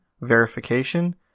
verification